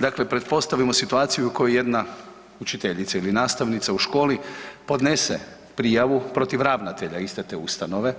Dakle, pretpostavimo situaciju u kojoj jedna učiteljica ili nastavnica u školi podnese prijavu protiv ravnatelja iste te ustanove